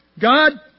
God